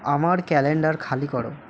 আমার ক্যালেন্ডার খালি করো